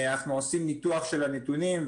אנחנו עושים ניתוח של הנתונים.